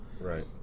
Right